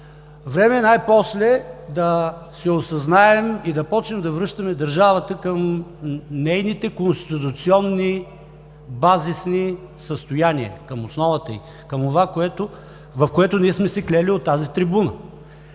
Време е най-после да се осъзнаем и да почнем да връщаме държавата към нейните конституционни базисни състояния, към основата ѝ, към онова, в което ние сме се клели от тази трибуна.